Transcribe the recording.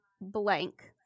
blank